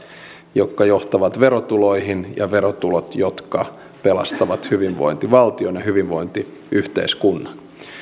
jotka johtavat verotuloihin ja verotuloihin jotka pelastavat hyvinvointivaltion ja hyvinvointiyhteiskunnan